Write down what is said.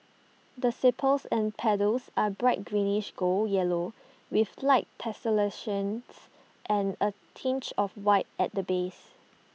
the sepals and petals are bright greenish golden yellow with light tessellations and A tinge of white at the base